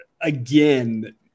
again